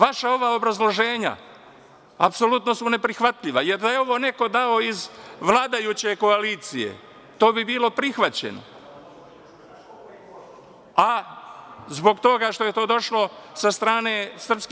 Vaša oba obrazloženja apsolutno su neprihvatljiva, jer da je ovo neko dao iz vladajuće koalicije, to bi bilo prihvaćeno, a zbog toga što je to došlo sa strane SRS,